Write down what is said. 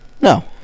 No